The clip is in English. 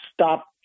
Stop